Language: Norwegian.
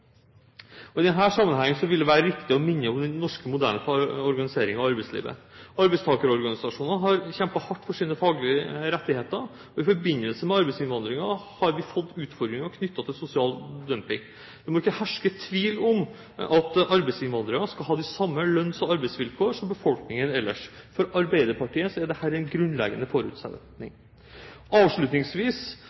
I denne sammenheng vil det være riktig å minne om den norske moderne organiseringen av arbeidslivet. Arbeidstakerorganisasjonene har kjempet hardt for sine faglige rettigheter. I forbindelse med arbeidsinnvandringen har vi fått utfordringer knyttet til sosial dumping. Det må ikke herske tvil om at arbeidsinnvandrere skal ha de samme lønns- og arbeidsvilkår som befolkningen ellers. For Arbeiderpartiet er dette en grunnleggende forutsetning. Avslutningsvis